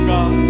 God